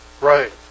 Right